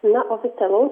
na oficialaus